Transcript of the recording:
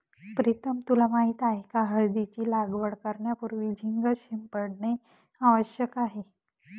प्रीतम तुला माहित आहे का हळदीची लागवड करण्यापूर्वी झिंक शिंपडणे आवश्यक आहे